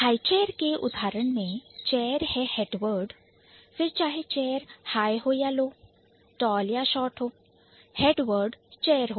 High chair के उदाहरण में Chair है head word फिर चाहे chair high हो या low Tall हो या short Head word Chair होगा